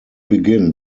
begin